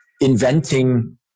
inventing